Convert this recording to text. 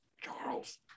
Charles